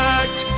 act